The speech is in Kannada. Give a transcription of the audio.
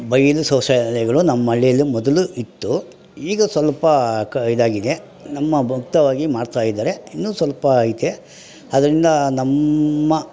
ಬಯಲು ಶೌಚಾಲಯಗಳು ನಮ್ಮ ಹಳ್ಳಿಯಲ್ಲಿ ಮೊದಲು ಇತ್ತು ಈಗ ಸ್ವಲ್ಪ ಇದಾಗಿದೆ ನಮ್ಮ ಮಾಡ್ತಾ ಇದ್ದಾರೆ ಇನ್ನೂ ಸ್ವಲ್ಪ ಐತೆ ಅದರಿಂದ ನಮ್ಮ